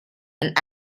and